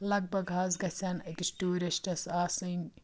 لگ بگ حظ گژھن أکِس ٹوٗرِسٹس آسٕنۍ